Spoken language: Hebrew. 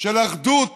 של אחדות